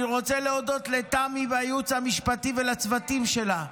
אני רוצה להודות לתמי והייעוץ המשפטי ולצוותים שלה.